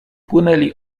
płynęli